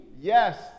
Yes